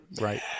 Right